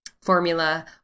formula